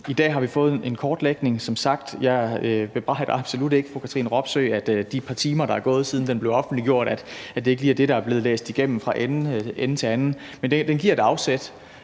I dag har vi som sagt fået en kortlægning, og jeg bebrejder absolut ikke fru Katrine Robsøe, at det i det par timer, der er gået, siden den blev offentliggjort, ikke lige er det, der er blevet læst igennem fra ende til anden. Men den giver et afsæt